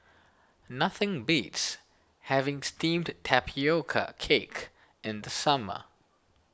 nothing beats having Steamed Tatioca Cake in the summer